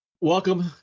Welcome